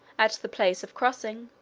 at the place of crossing,